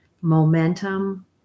Momentum